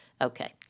Okay